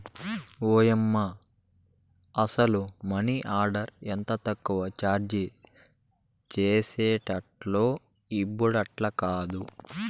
ఓయమ్మ, అసల money order ఎంత తక్కువ చార్జీ చేసేటోల్లో ఇప్పట్లాకాదు